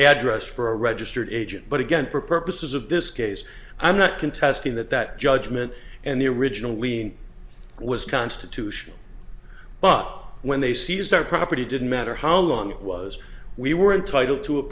address for a registered agent but again for purposes of this case i'm not contesting that that judgment and the original lien was constitutional but when they seized our property didn't matter how long it was we were entitled to a